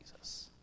Jesus